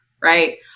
right